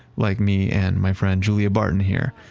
like me and my friend julia barton here.